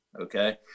okay